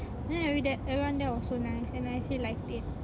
then every there everyone there was so nice and I feel I liked it